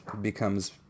becomes